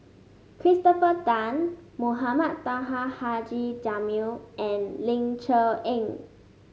Christopher Tan Mohamed Taha Haji Jamil and Ling Cher Eng